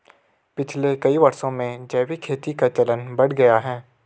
पिछले कई वर्षों में जैविक खेती का चलन बढ़ गया है